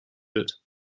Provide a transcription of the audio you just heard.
wird